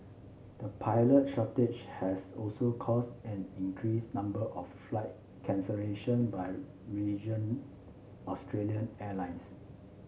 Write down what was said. the pilot shortage has also caused an increased number of flight cancellation by region Australian airlines